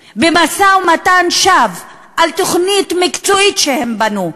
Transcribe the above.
במשא-ומתן שווא על תוכנית מקצועית שהם בנו,